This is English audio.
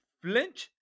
flinch